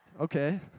Okay